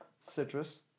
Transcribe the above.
citrus